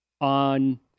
on